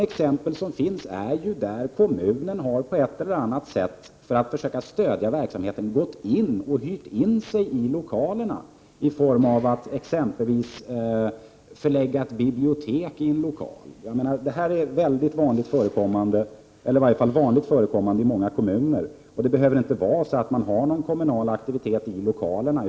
Exempel på det är i de fall som kommunen på ett eller annat sätt har hyrt in sig i lokalerna för att stödja verksamheten, t.ex. genom att förlägga ett bibliotek till en samlingslokal. Detta är vanligt förekommande i många kommuner, även om kommunen inte har någon kommunal aktivitet i lokalerna.